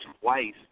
twice